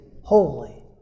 holy